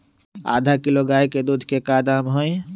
आधा किलो गाय के दूध के का दाम होई?